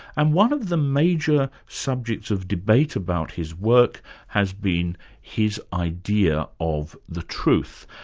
and one of the major subjects of debate about his work has been his idea of the truth.